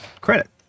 credit